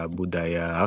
budaya